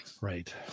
right